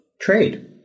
trade